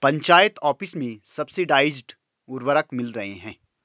panchayat office में subsidised उर्वरक मिल रहे हैं